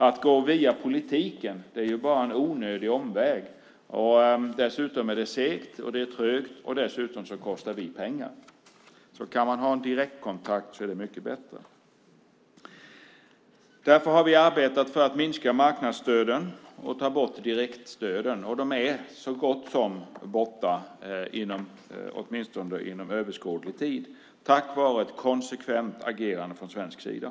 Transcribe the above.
Att gå via politiken är bara en onödig omväg. Det är segt och trögt, och dessutom kostar vi pengar. Kan man ha en direktkontakt är det mycket bättre. Därför har vi arbetat för att minska markandsstöden och ta bort direktstöden. De är så gott som borta, åtminstone inom överskådlig tid, tack vare ett konsekvent agerande från svensk sida.